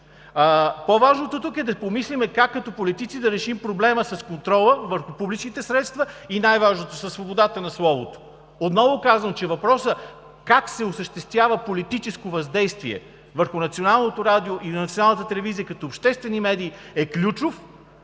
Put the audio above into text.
По-важното тук е да помислим как като политици да решим проблема с контрола върху публичните средства и най-важното със свободата на словото. Отново казвам, че въпросът как се осъществява политическо въздействие върху Националното радио и Националната телевизия като обществени медии е ключов